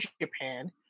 Japan